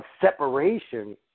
separation